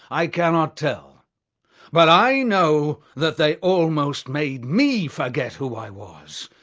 i cannot tell but i know that they almost made me forget who i was,